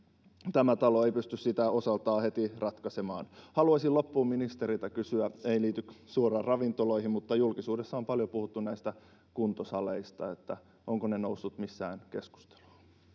tämä talo ei pysty sitä osaltaan heti ratkaisemaan haluaisin loppuun ministeriltä kysyä ei liity suoraan ravintoloihin kun julkisuudessa on paljon puhuttu näistä kuntosaleista että ovatko ne nousseet missään keskusteluun